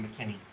McKinney